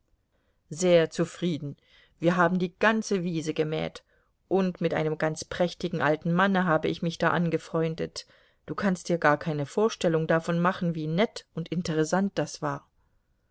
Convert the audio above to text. sehr zufrieden wir haben die ganze wiese abgemäht und mit einem ganz prächtigen alten manne habe ich mich da angefreundet du kannst dir gar keine vorstellung davon machen wie nett und interessant das war